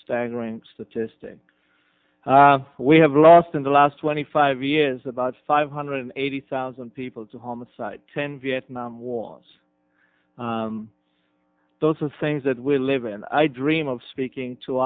staggering statistic we have lost in the last twenty five years about five hundred eighty thousand people to homicide ten vietnam wars those are things that we live in i dream of speaking to